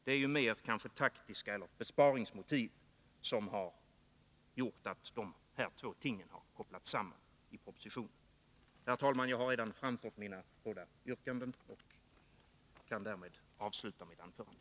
Att dessa båda ting kopplats samman i propositionen har kanske mer taktiska motiv eller besparingsmotiv. Herr talman! Jag har redan framfört mina båda yrkanden och kan därmed avsluta mitt anförande.